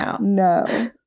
no